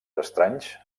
estranys